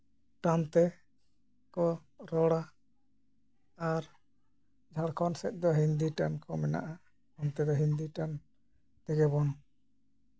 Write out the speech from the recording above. ᱴᱟᱱ ᱛᱮᱠᱚ ᱨᱚᱲᱟ ᱟᱨ ᱡᱷᱟᱲᱠᱷᱚᱸᱰ ᱥᱮᱫ ᱫᱚ ᱦᱤᱱᱫᱤ ᱴᱟᱱ ᱠᱚ ᱢᱮᱱᱟᱜᱼᱟ ᱚᱱᱛᱮ ᱫᱚ ᱦᱤᱱᱫᱤ ᱴᱟᱱ ᱛᱮᱜᱮ ᱵᱚᱱ